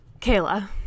Kayla